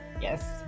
Yes